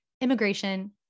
immigration